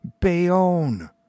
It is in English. Bayonne